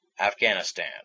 Afghanistan